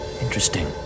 Interesting